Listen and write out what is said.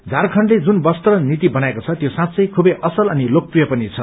झारखण्डले जुन वस्त्र नीति बनाएको छ त्यो साँच्चै खूबै असल अनि लोकप्रिय पनि छ